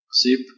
zip